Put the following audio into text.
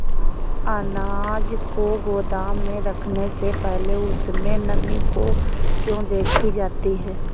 अनाज को गोदाम में रखने से पहले उसमें नमी को क्यो देखी जाती है?